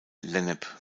lennep